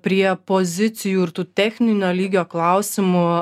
prie pozicijų ir tų techninio lygio klausimų